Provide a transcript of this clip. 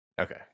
Okay